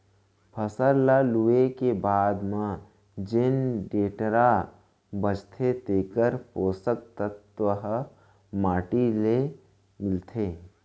फसल ल लूए के बाद म जेन डेंटरा बांचथे तेकर पोसक तत्व ह माटी ले मिलथे